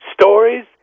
stories